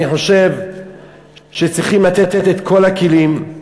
אני חושב שצריכים לתת את כל הכלים,